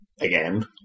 again